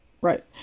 Right